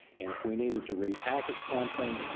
and if we needed to repackage something,